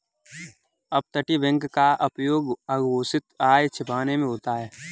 अपतटीय बैंक का उपयोग अघोषित आय छिपाने में होता है